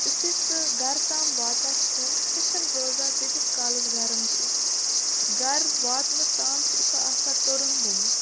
یُتھُے سُہ گَرٕ تام واتان چھِ سُہ چھِنہٕ روزان تیٖتِس کالَس گَرم کیٚنٛہہ گَرٕ واتنہٕ تام چھِ سُہ آسان تُرُن گوٚمُت